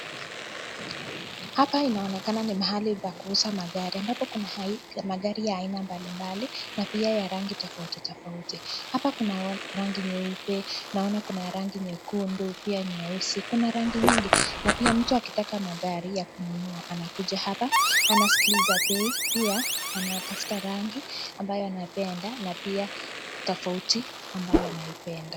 Hapa inaonekana ni pahali pa kuuza magari ambapo kuna magari ya aina mbalimbali na pia ya rangi tofauti tofauti, hapa kunarangi nyeupe, naona kuna rangi nyekundu, pia nyeusi kuna rangi nyingi, na pia mtu akitaka magari ya kununua anakuja hapa anasikiliza bei, pia anatafuta rangi ambayo anapenda na pia tofauti ambayo anaipenda.